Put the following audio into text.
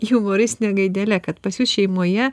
jumoristine gaidele kad pas jus šeimoje